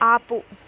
ఆపు